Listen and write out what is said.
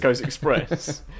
Express